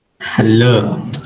hello